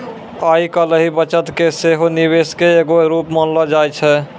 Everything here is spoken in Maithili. आइ काल्हि बचत के सेहो निवेशे के एगो रुप मानलो जाय छै